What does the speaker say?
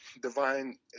divine